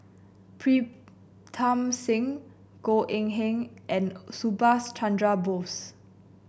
Pritam Singh Goh Eng Han and Subhas Chandra Bose